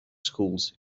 schools